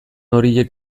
horiek